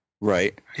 Right